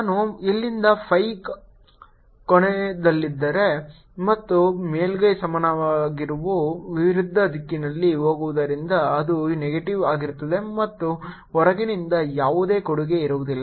ನಾನು ಇಲ್ಲಿಂದ phi ಕೋನದಲ್ಲಿದ್ದರೆ ಮತ್ತು ಮೇಲ್ಮೈಗೆ ಸಾಮಾನ್ಯವು ವಿರುದ್ಧ ದಿಕ್ಕಿನಲ್ಲಿ ಹೋಗುವುದರಿಂದ ಅದು ನೆಗೆಟಿವ್ ಆಗಿರುತ್ತದೆ ಮತ್ತು ಹೊರಗಿನಿಂದ ಯಾವುದೇ ಕೊಡುಗೆ ಇರುವುದಿಲ್ಲ